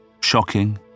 shocking